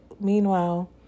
Meanwhile